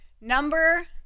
Number